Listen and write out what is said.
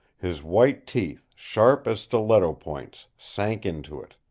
his white teeth, sharp as stiletto-points, sank into it.